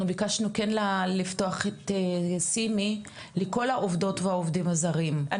אנחנו ביקשנו כן לפתוח את סימי לכל העובדות והעובדים הזרים,